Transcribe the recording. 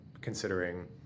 considering